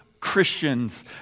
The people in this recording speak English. Christians